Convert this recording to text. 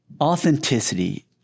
authenticity